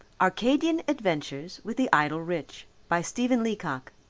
arcadian adventures with the idle rich by stephen leacock,